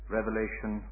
Revelation